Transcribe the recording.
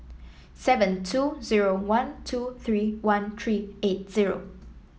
seven two zero one two three one three eight zero